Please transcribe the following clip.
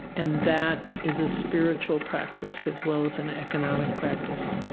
and that is a spiritual practice as well as an economic practice.